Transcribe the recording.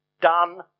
done